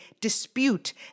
dispute